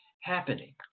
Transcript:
happening